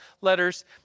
letters